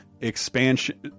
expansion